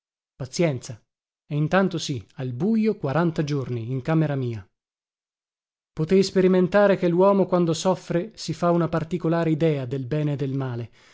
e intanto sì al bujo quaranta giorni in camera mia potei sperimentare che luomo quando soffre si fa una particolare idea del bene e del male